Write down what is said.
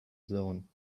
zone